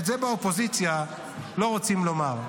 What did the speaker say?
את זה באופוזיציה לא רוצים לומר.